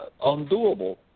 undoable